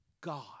God